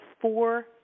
four